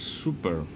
super